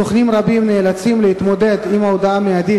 סוכנים רבים נאלצים להתמודד עם ההודעה המיידית